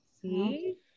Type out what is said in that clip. See